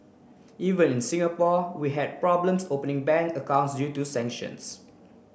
even in Singapore we had problems opening bank accounts to sanctions